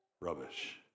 rubbish